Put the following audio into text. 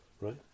Right